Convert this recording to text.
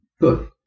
Good